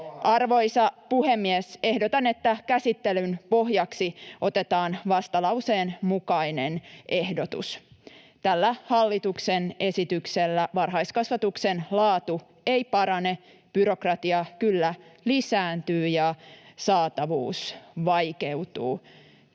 Arvoisa puhemies! Ehdotan, että käsittelyn pohjaksi otetaan vastalauseen mukainen ehdotus. Tällä hallituksen esityksellä varhaiskasvatuksen laatu ei parane. Byrokratia kyllä lisääntyy, ja saatavuus vaikeutuu.